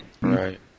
Right